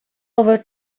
over